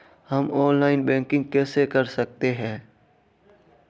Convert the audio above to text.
हम online banking कैसे कर सकते हैं?